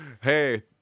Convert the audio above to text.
Hey